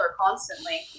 constantly